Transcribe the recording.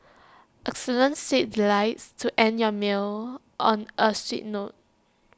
excellent seat delights to end your meals on A sweet note